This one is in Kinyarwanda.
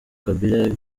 kabila